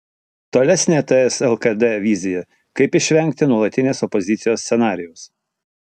tolesnė ts lkd vizija kaip išvengti nuolatinės opozicijos scenarijaus